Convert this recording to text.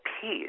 peace